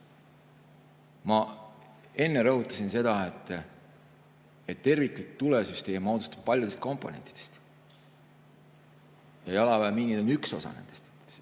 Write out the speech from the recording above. enne rõhutasin seda, et terviklik tulesüsteem moodustub paljudest komponentidest. Jalaväemiinid on üks osa nendest.